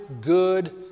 good